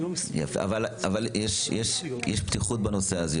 יפה, אבל יש יותר פתיחות בנושא הזה.